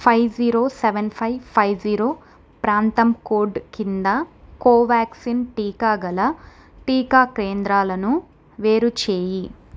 five zero seven five five zero ప్రాంతం code కింద కోవాక్సిన్ టీకా గల టీకా కేంద్రాలను వేరు చేయి